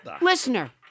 Listener